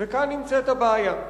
וכאן נמצאת הבעיה.